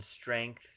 strength